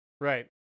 Right